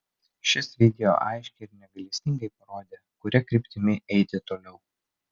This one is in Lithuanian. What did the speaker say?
šis video aiškiai ir negailestingai parodė kuria kryptimi eiti toliau